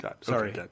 Sorry